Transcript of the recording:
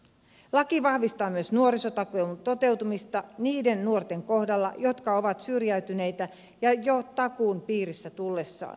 laki vahvistaa myös nuorisotakuun toteutumista niiden nuorten kohdalla jotka ovat syrjäytyneitä jo takuun piiriin tullessaan